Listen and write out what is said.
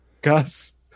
Gus